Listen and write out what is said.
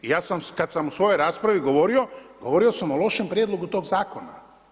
Ja kad sam u svojoj raspravi govorio, govorio sam o lošem prijedlogu tog zakona.